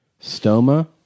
stoma